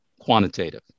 quantitative